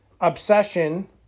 obsession